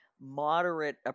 moderate